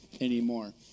anymore